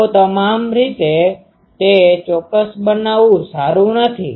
તો તમામ રીતે તે ચોક્કસ બનાવવું સારું નથી